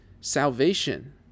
salvation